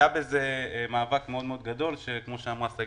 היה בזה מאבק מאוד מאוד גדול שכמו שאמרה שגית,